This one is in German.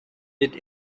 litt